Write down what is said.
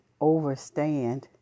overstand